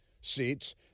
seats